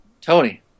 Tony